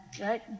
right